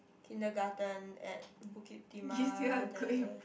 kindergarten at Bukit-Timah there